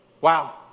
Wow